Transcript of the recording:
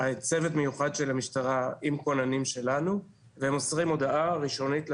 צוות מיוחד של המשטרה עם כוננים שלנו והם מוסרים הודעה ראשונית למשפחה.